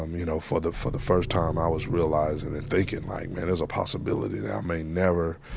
um you know, for the for the first time, i was realizing and thinking like, man, there's a possibility that i may never,